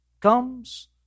comes